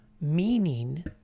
meaning